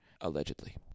allegedly